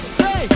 say